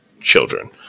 children